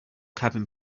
cabin